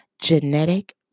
genetic